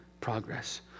progress